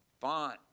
font